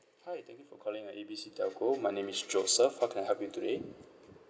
hi thank you for calling uh A B C telco my name is joseph how can I help you today